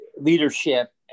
leadership